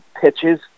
pitches